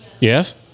Yes